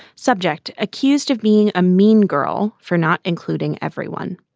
subject accused of being a mean girl for not including everyone.